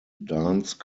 dance